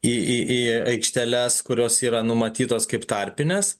į į į aikšteles kurios yra numatytos kaip tarpinės